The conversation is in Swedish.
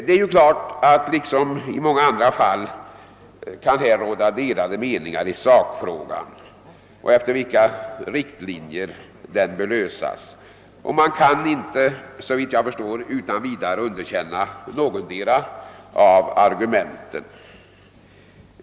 Det är ju klart att liksom i många andra fall det här kan råda delade meningar i sakfrågan om efter vilka riktlinjer den bör lösas, och man kan inte såvitt jag förstår utan vidare underkänna någotdera av argumenten.